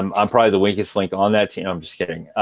um i'm probably the weakest link on that team i'm just kidding.